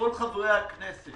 כל חברי הכנסת